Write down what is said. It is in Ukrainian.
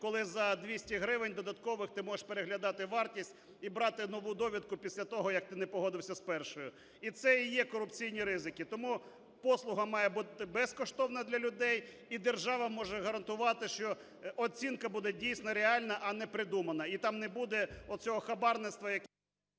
коли за 200 гривень додаткових ти можеш переглядати вартість і брати нову довідку після, того як ти не погодився з першою. І це і є корупційні ризики. Тому послуга має бути безкоштовна для людей. І держава може гарантувати, що оцінка буде дійсно реальна, а не придумана, і там не буде оцього хабарництва…